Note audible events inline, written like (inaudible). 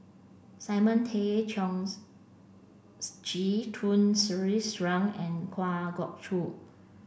Simon Tay (unintelligible) Seong Chee Tun Sri Lanang and Kwa Geok Choo